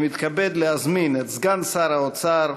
אני מתכבד להזמין את סגן שר האוצר